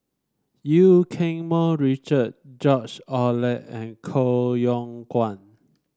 Eu Keng Mun Richard George Oehler and Koh Yong Guan